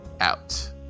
out